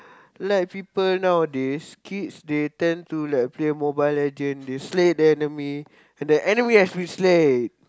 like people nowadays kids they tend to like play Mobile Legend they slay the enemy and then enemy has been slain